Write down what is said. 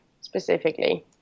specifically